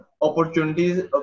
opportunities